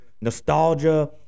Nostalgia